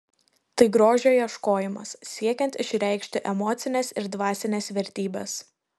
tai grožio ieškojimas siekiant išreikšti emocines ir dvasines vertybes